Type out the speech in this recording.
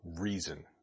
reason